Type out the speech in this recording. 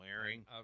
wearing